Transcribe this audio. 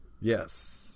Yes